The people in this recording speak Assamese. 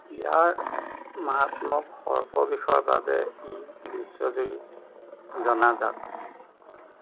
ইয়াৰ মাৰাত্মক সৰ্পবিষৰ বাবে ই বিশ্বজুৰি জনাজাত